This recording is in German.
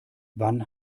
wann